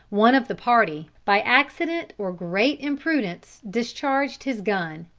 one of the party, by accident or great imprudence, discharged his gun.